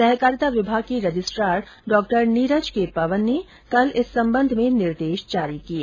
सहकारिता विभाग के रजिस्ट्रार डॉ नीरज के पवन ने कल इस संबंध में निर्देश जारी किये